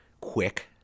quick